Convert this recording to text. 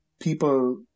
people